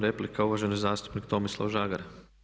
Replika uvaženi zastupnik Tomislav Žagar.